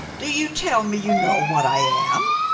do you tell me you know what i am?